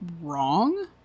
wrong